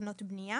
תקנות בנייה